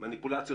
מניפולציות,